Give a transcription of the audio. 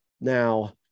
now